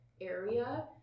area